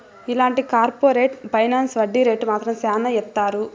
ఇలాంటి corporate finance వడ్డీ rate మాత్రం శ్యానా ఏత్తారు